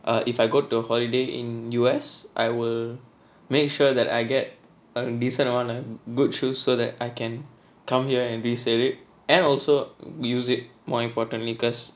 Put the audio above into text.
err if I go to a holiday in U_S I will make sure that I get a decent amount of good shoes so that I can come here and resale and also use it more importantly because